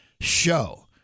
show